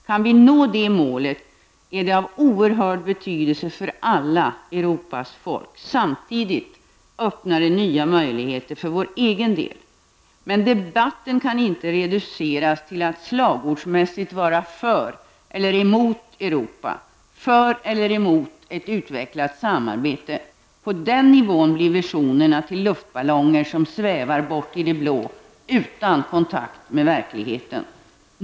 Kan vi nå det målet är det av oerhörd betydelse för alla Europas folk. Samtidigt öppnar det nya möjligheter för vår egen del. Men debatten kan inte reduceras till att slagordsmässigt vara ''för'' eller ''emot'' Europa, ''för'' eller ''emot'' ett utvecklat samarbete. På den nivån blir visionerna till luftballonger som svävar bort i det blå, utan kontakt med verkligheten.